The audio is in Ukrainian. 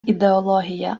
ідеологія